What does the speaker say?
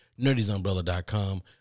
nerdysumbrella.com